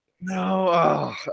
No